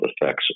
effects